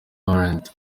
laurent